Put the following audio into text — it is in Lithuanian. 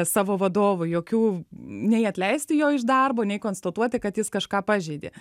savo vadovui jokių nei atleisti jo iš darbo nei konstatuoti kad jis kažką pažeidė